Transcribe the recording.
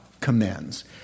commands